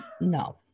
No